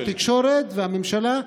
למשרד התקשורת ולממשלה,